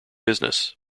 business